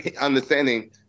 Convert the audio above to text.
understanding